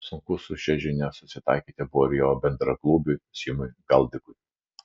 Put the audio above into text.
sunku su šia žinia susitaikyti buvo ir jo bendraklubiui simui galdikui